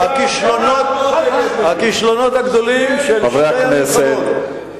הכישלונות הגדולים של שתי המלחמות.